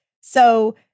So-